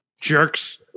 jerks